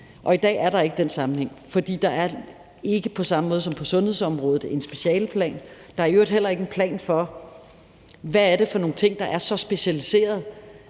I dag er der ikke den sammenhæng, for der er ikke på samme måde som på sundhedsområdet en specialeplan. Der er i øvrigt heller ikke en plan for, hvad det er for nogle ting, der er så specialiserede,